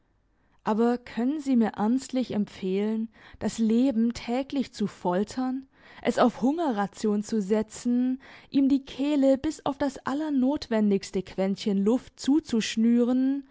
aber können sie mir ernstlich empfehlen das leben täglich zu foltern es auf hungerration zu setzen ihm die kehle bis auf das allernotwendigste quentchen luft zuzuschnüren